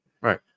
Right